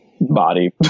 body